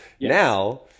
Now